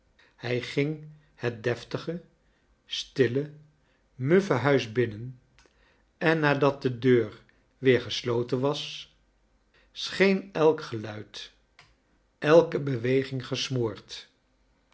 hij ging het deftige stille muffe huis binnen en nadat de deur weer gesloten was scheen elk geluid elke beweging gosmoord